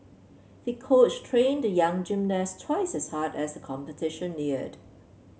the coach trained the young gymnast twice as hard as the competition neared